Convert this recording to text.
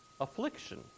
affliction